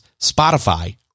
Spotify